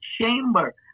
chamber